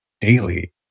daily